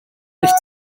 nicht